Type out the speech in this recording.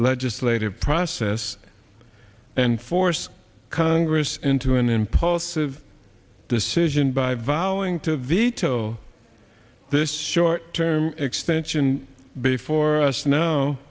legislative process and force congress into an impulsive decision by vowing to veto this short term extension before us now